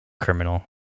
criminal